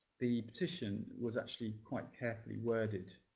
the petition was actually quite carefully worded.